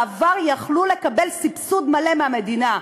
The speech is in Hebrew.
בעבר יכלה לקבל סבסוד מלא מהמדינה.